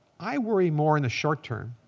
i worry more in the short term,